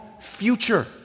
future